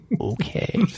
Okay